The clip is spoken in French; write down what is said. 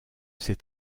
ces